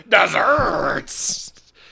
Desserts